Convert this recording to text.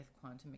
quantum